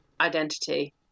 identity